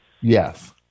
Yes